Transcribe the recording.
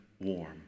warm